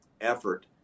effort